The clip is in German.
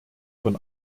von